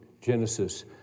Genesis